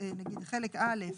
נגיד חלק א',